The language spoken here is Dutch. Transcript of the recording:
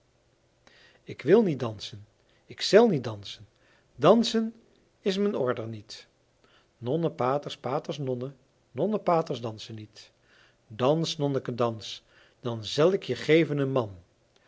k wil niet dansen k zel niet dansen dansen is men order niet nonnen paters paters nonnen nonnen paters dansen niet dans nonneke dans dan zel ik je geven een man